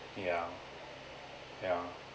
yeah yeah